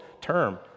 term